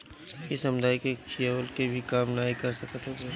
इ समुदाय के खियवला के भी काम नाइ कर सकत हवे